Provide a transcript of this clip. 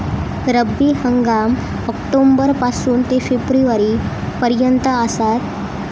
रब्बी हंगाम ऑक्टोबर पासून ते फेब्रुवारी पर्यंत आसात